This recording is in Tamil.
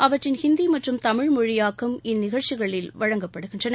அவற்றின் ஹிந்தி மற்றும் தமிழ் மொழியாக்கம் இந்நிகழ்ச்சிகளில் வழங்கப்படுகின்றன